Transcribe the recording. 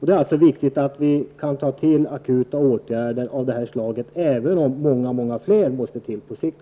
Det är viktigt att vi kan vidta akuta åtgärder av detta slag även om självfallet många fler måste till på sikt.